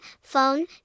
phone